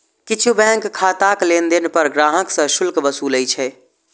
किछु बैंक खाताक लेनदेन पर ग्राहक सं शुल्क वसूलै छै